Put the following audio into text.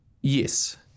Yes